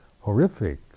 horrific